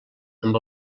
amb